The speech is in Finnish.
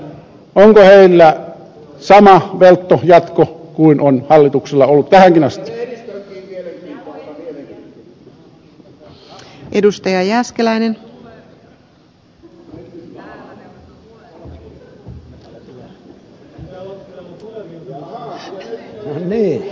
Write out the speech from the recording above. onko heillä sama veltto jatko kuin on hallituksella ollut tähänkin asti